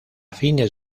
fines